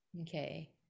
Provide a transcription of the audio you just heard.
okay